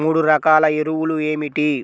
మూడు రకాల ఎరువులు ఏమిటి?